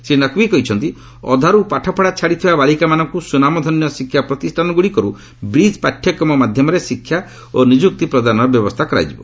ଶ୍ରୀ ନକ୍ବି କହିଛନ୍ତି ଅଧାରୁ ପାଠପଡ଼ା ଛାଡ଼ିଥିବା ବାଳିକାମାନଙ୍କୁ ସୁନାମଧନ୍ୟ ଶିକ୍ଷା ପ୍ରତିଷ୍ଠାନଗୁଡ଼ିକରୁ ବ୍ରିକ୍ ପାଠ୍ୟକ୍ରମ ମାଧ୍ୟମରେ ଶିକ୍ଷା ଓ ନିଯୁକ୍ତି ପ୍ରଦାନର ବ୍ୟବସ୍ଥା କରାଯିବ